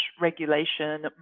regulation